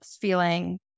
feeling